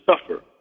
suffer